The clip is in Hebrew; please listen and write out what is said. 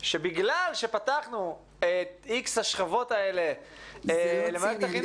שבגלל שפתחנו את X השכבות האלה במערכת החינוך --- זה לא ציני.